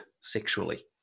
sexually